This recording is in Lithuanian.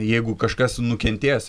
jeigu kažkas nukentės